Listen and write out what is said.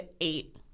eight